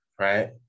right